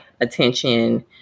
attention